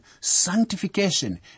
sanctification